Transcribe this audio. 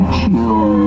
chill